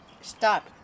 Stop